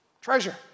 Treasure